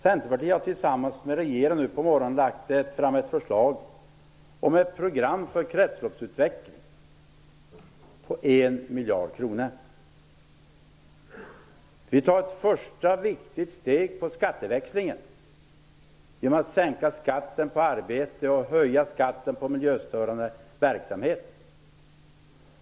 Centerpartiet har tillsammans med regeringen nu på morgonen lagt fram ett förslag om ett program för kretsloppsutveckling på 1 miljard kronor. Vi tar ett första viktigt steg mot skatteväxling genom att sänka skatten på arbete och höja skatten på miljöstörande verksamhet.